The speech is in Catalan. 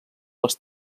les